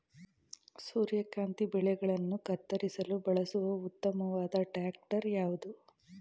ಸೂರ್ಯಕಾಂತಿ ಬೆಳೆಗಳನ್ನು ಕತ್ತರಿಸಲು ಬಳಸುವ ಉತ್ತಮವಾದ ಟ್ರಾಕ್ಟರ್ ಯಾವುದು?